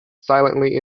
silently